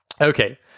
okay